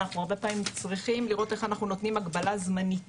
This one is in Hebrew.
אנחנו הרבה פעמים צריכים לראות איך אנחנו נותנים הגבלה זמנית